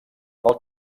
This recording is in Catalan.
del